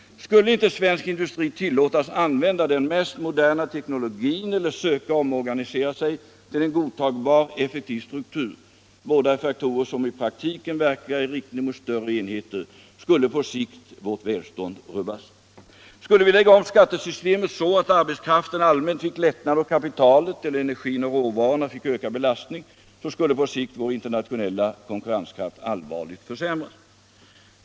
Skulle inte svensk industri tillåtas använda den mest moderna teknologin eller söka omorganisera sig till en godtagbar effektiv struktur — båda är faktorer som i praktiken verkar i riktning mot större enheter —, skulle på sikt vårt välstånd rubbas. Skulle vi lägga om skattesystemet så att arbetskraften allmänt fick lättnader och kapitalet — eller energin och råvarorna — fick ökad belastning, då skulle på sikt vår internationella konkurrenskraft allvarligt försämras.